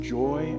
joy